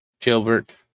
Gilbert